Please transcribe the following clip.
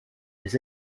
des